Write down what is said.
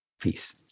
Peace